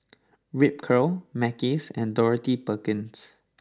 Ripcurl Mackays and Dorothy Perkins